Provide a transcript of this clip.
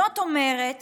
זאת אומרת